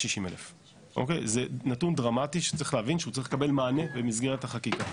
60,000. זה נתון דרמטי שצריך להבין שהוא צריך לקבל מענה במסגרת החוק.